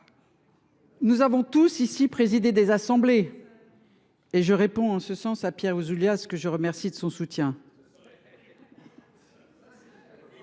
Nous avons tous ici présidé des assemblées – je le dis à Pierre Ouzoulias, que je remercie de son soutien.